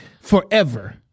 forever